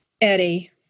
Eddie